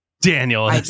Daniel